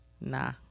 nah